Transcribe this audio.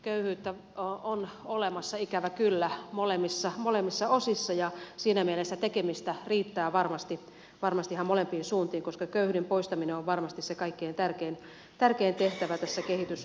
köyhyyttä on olemassa ikävä kyllä molemmissa osissa ja siinä mielessä tekemistä riittää varmasti ihan molempiin suuntiin koska köyhyyden poistaminen on varmasti se kaikkein tärkein tehtävä tässä kehitysyhteistyössä